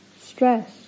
stress